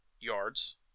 yards